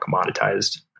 commoditized